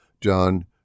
John